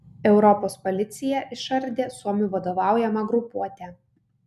europos policija išardė suomių vadovaujamą grupuotę